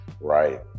Right